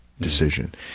decision